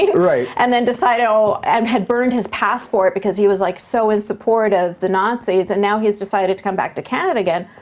yeah right. and then decided, oh, and had burned his passport because he was like so in support of the nazis and now he's decided to come back to canada again,